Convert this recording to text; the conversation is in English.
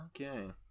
Okay